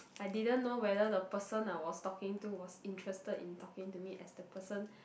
I didn't know whether the person I was talking to was interested in talking to me as the person